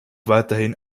weiterhin